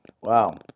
Wow